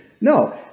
No